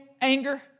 anger